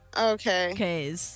Okay